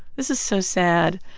this is so sad.